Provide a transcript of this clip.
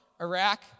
Iraq